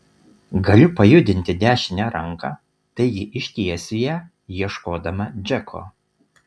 galiu pajudinti dešinę ranką taigi ištiesiu ją ieškodama džeko